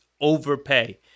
overpay